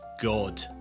God